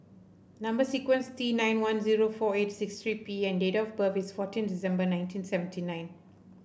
number sequence T nine one zero four eight six three P and date of birth is fourteen December nineteen seventy nine